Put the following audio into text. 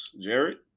Jared